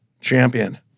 champion